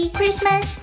Christmas